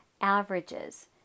averages